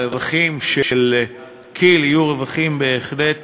הרווחים של כי"ל יהיו רווחים בהחלט